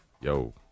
Yo